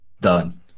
Done